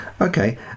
okay